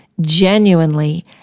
genuinely